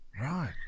right